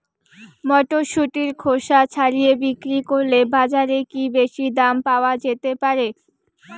মটরশুটির খোসা ছাড়িয়ে বিক্রি করলে বাজারে কী বেশী দাম পাওয়া যেতে পারে?